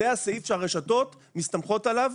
זה הסעיף שהרשתות מסתמכות עליו,